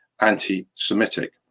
anti-semitic